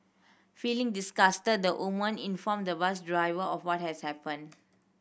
feeling disgusted the woman informed the bus driver of what has happened